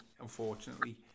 unfortunately